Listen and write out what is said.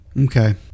Okay